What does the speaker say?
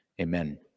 Amen